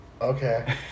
okay